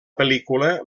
pel·lícula